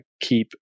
keep